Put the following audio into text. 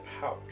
pouch